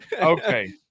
Okay